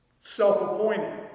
self-appointed